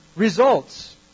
results